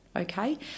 okay